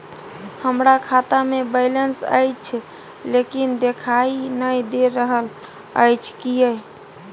हमरा खाता में बैलेंस अएछ लेकिन देखाई नय दे रहल अएछ, किये?